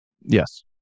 yes